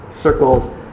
circles